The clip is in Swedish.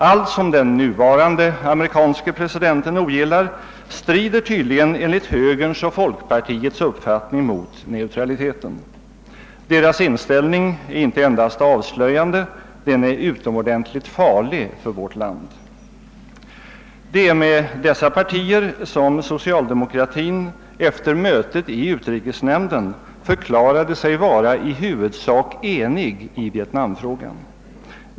Allt som den nuvarande amerikanske presidenten ogillar strider tydligen enligt högerns och folkpartiets uppfattning mot neutralitetspolitiken. Deras inställning är inte endast avslöjande, den är utomordentligt farlig för vårt land. Det är med dessa partier som socialdemokratin efter mötet i utrikesnämnden förklarat sig vara i huvudsak enig i vietnamfrågan.